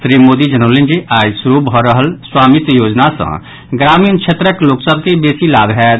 श्री मोदी जनौलनि जे आई श्रू भऽ रहल स्वामित्व योजना सँ ग्रामीण क्षेत्रक लोक सभ के बेसी लाभ होयत